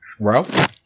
Ralph